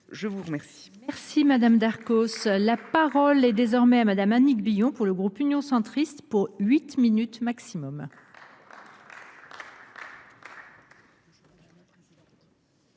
je vous remercie,